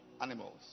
Animals